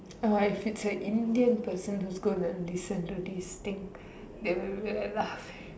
uh if it's a Indian person who is going to listen to this thing they will be like laughing